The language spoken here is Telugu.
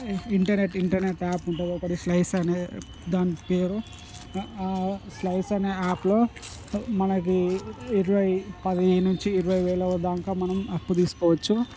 ఇంటర్నెట్ ఇంటర్నెట్ యాప్ ఉంటుంది ఒకటి స్లైస్ అనే దాని పేరు స్లైస్ అనే యాప్లో మనకి ఇరవై పదిహేను నుంచి ఇరవై వేల దాక మనం అప్పు తీసుకోవచ్చు